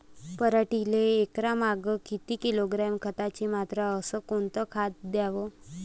पराटीले एकरामागं किती किलोग्रॅम खताची मात्रा अस कोतं खात द्याव?